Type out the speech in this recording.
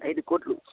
ఐదు కోట్లు